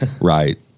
Right